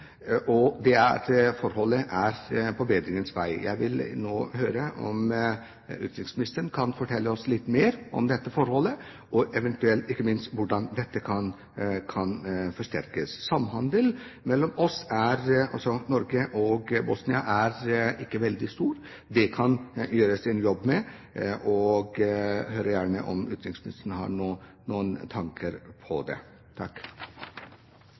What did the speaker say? det siste, det forholdet er på bedringens vei. Jeg vil nå høre om utenriksministeren kan fortelle oss litt mer om dette forholdet, og ikke minst hvordan det kan forsterkes. Samhandelen mellom Norge og Bosnia er ikke veldig stor. Det kan det gjøres en jobb med. Jeg hører gjerne om utenriksministeren har noen tanker om det.